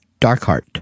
Darkheart